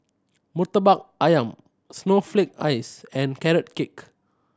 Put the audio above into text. Murtabak Ayam snowflake ice and Carrot Cake